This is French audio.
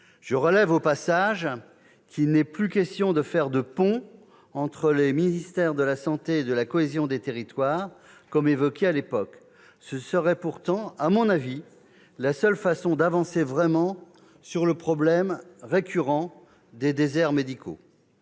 Je relève au passage qu'il n'est plus question de faire de pont entre les ministères de la santé et de la cohésion des territoires, comme cela avait été évoqué à l'époque. Ce serait pourtant, à mon avis, la seule façon d'avancer vraiment sur le problème récurrent des déserts médicaux.